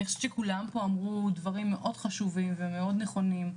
אני חושבת שכולם פה אמרו דברים מאוד חשובים ומאוד נכונים,